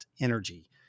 energy